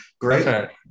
Great